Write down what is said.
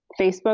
Facebook